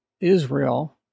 Israel